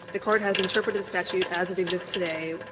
the court has interpreted the statute as it exists today,